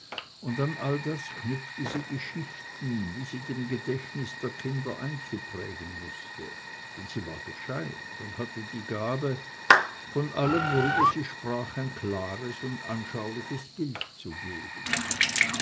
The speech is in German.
und an alles knüpfte sie geschichten die sie dem gedächtnis der kinder einzuprägen wußte denn sie war gescheit und hatte die gabe von allem worüber sie sprach ein klares und anschauliches bild zu geben